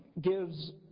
gives